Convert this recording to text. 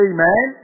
Amen